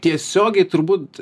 tiesiogiai turbūt